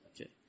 Okay